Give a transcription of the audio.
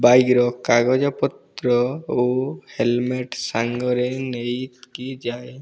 ବାଇକ୍ର କାଗଜପତ୍ର ଓ ହେଲମେଟ୍ ସାଙ୍ଗରେ ନେଇକି ଯାଏ